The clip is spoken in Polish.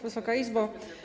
Wysoka Izbo!